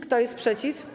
Kto jest przeciw?